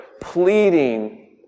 pleading